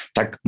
tak